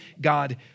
God